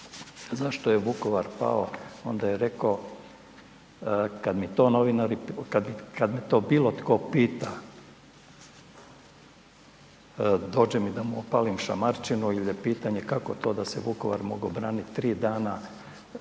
zašto je Vukovar pao, onda je rekao, kad mi to novinari, kad me to bilo tko pita, dođe mi da mu opalim šamarčinu i da je pitanje kako to da se Vukovar mogao braniti 3 dana